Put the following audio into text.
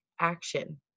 action